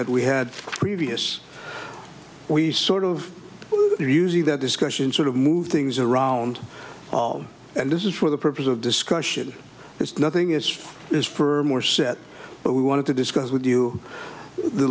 that we had previous we sort of using that discussion sort of move things around and this is for the purpose of discussion it's nothing as is for more set but we wanted to discuss with you the